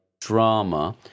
drama